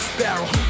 Sparrow